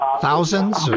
Thousands